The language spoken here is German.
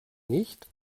nicht